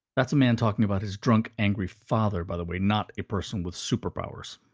that's a man talking about his drunk, angry father, by the way, not a person with superpowers.